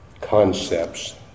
concepts